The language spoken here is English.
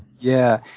yeah.